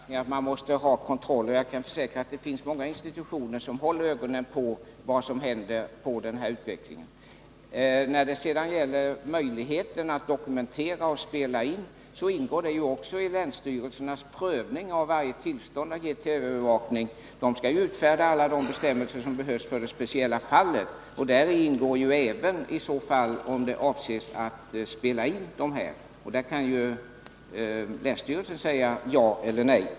Herr talman! Det är ändå så att man måste ha kontroll. Jag kan försäkra att det finns många institutioner som noga följer vad som händer på det här området. När det sedan gäller möjligheten att dokumentera och göra inspelningar ingår det i länsstyrelsernas prövning av varje tillståndsärende att också ta ställning till den saken. Länsstyrelserna skall ju utfärda alla de bestämmelsern som behövs för det speciella fallet och då även för inspelningar. Där kan alltså länsstyrelserna säga ja eller nej.